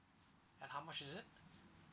and how much is it